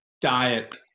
diet